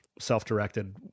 self-directed